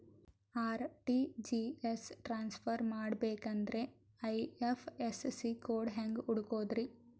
RTGS transfer ಮಾಡಬೇಕೆಂದರೆ IFSC code ಹೆಂಗ್ ಹುಡುಕೋದ್ರಿ?